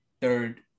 third